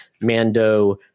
Mando